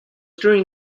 during